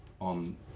on